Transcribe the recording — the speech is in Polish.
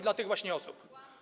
dla tych właśnie osób.